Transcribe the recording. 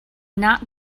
not